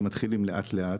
זה מתחיל לאט לאט.